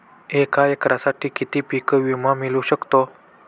एका एकरसाठी किती पीक विमा मिळू शकतो?